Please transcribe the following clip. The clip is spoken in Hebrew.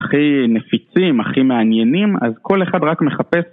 הכי נפיצים, הכי מעניינים, אז כל אחד רק מחפש